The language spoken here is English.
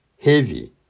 heavy